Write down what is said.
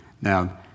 Now